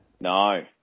No